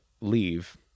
leave